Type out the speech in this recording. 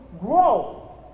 grow